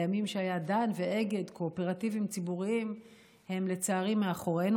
הימים שהיו דן ואגד קואופרטיבים ציבוריים הם לצערי מאחורינו.